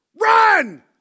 run